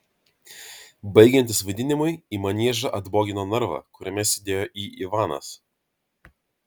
baigiantis vaidinimui į maniežą atbogino narvą kuriame sėdėjo į ivanas